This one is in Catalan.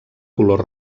color